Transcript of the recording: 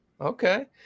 Okay